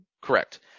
Correct